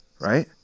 Right